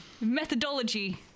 methodology